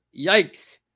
yikes